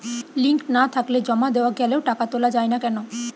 Link না থাকলে জমা দেওয়া গেলেও টাকা তোলা য়ায় না কেন?